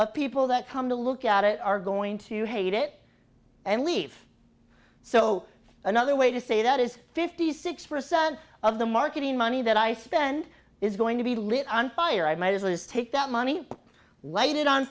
of people that come to look at it are going to hate it and leave so another way to say that is fifty six percent of the marketing money that i spend is going to be lit on fire i might as well as take that money whited on